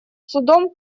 судом